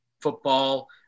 football